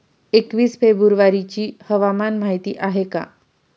एकवीस फेब्रुवारीची हवामान माहिती आहे का?